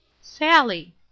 Sally